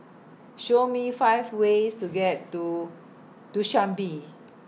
Show Me five ways to get to Dushanbe